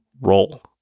roll